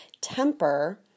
temper